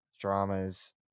dramas